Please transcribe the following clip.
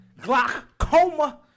Glaucoma